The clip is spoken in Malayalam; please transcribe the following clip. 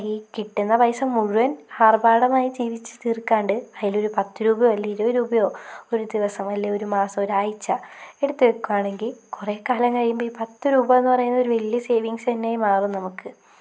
ഈ കിട്ടുന്ന പൈസ മുഴുവൻ ആർഭാടമായി ജീവിച്ച് തീർക്കാണ്ട് അതിലൊരു പത്ത് രൂപയോ അല്ലേൽ ഇരുപത് രൂപയോ ഒരു ദിവസം അല്ലേൽ ഒരു മാസം ഒരാഴ്ച എടുത്തു വെക്കു ആണെങ്കിൽ കുറെ കാലം കഴിയുമ്പോൾ ഈ പത്ത് രൂപാന്ന് പറയുന്നത് ഒരു വലിയ സെയിവിങ്സ് തന്നെയായി മാറും നമുക്ക്